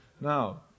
Now